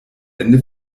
ende